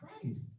Christ